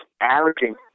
averaging